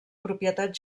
propietats